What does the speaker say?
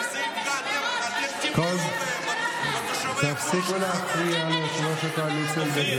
קודם כול, תושבי עפולה, זה יפגע בהם.